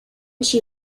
she